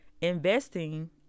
investing